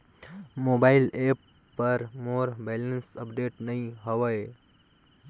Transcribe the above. mobile app पर मोर balance update नई हवे